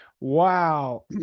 Wow